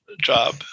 job